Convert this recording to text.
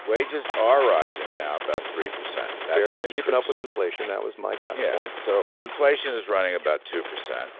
wages are rising now about three percent barely keeping up with inflation. that was my counterpoint so inflation is running about two percent.